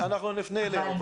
אנחנו נפנה אליהם,